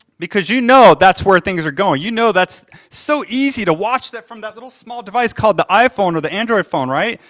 because you know that's where things are going. you know that's so easy to watch that from that little small device called the iphone or the android phone, right?